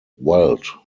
weld